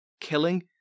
killing